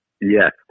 Yes